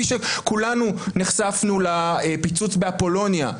כולנו נחשפנו לפיצוץ באפולוניה,